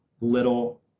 Little